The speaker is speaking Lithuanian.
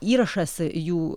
įrašas jų